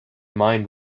mind